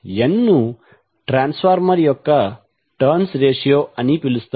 n ను transformer యొక్క turns ratio అని పిలుస్తారు